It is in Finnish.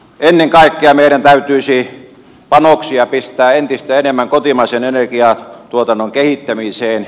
ennen kaikkea meidän täytyisi panoksia pistää entistä enemmän kotimaisen energiantuotannon kehittämiseen